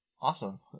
awesome